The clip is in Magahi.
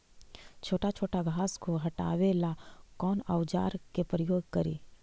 छोटा छोटा घास को हटाबे ला कौन औजार के प्रयोग करि?